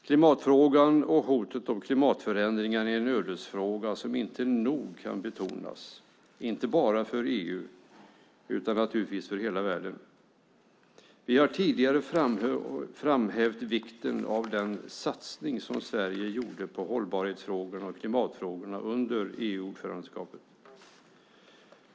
Klimatfrågan och hotet om klimatförändringar är en ödesfråga som inte nog kan betonas, inte bara för EU utan för hela världen. Vi har tidigare framhävt vikten av den satsning som Sverige gjorde på hållbarhetsfrågorna och klimatfrågorna under EU-ordförandeskapet.